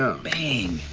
ah bang!